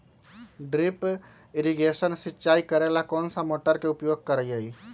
Drip irrigation सिंचाई करेला कौन सा मोटर के उपयोग करियई?